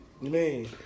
Man